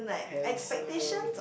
handsome